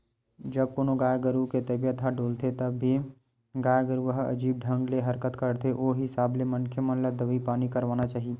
जब कोनो गाय गरु के तबीयत ह डोलथे तभे गाय गरुवा ह अजीब ढंग ले हरकत करथे ओ हिसाब ले मनखे मन ल दवई पानी करवाना चाही